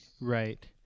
right